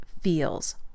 feels